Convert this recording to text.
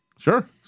Sure